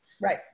right